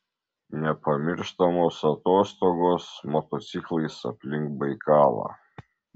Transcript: nepamirštamos atostogos motociklais aplink baikalą